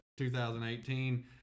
2018